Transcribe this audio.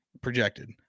Projected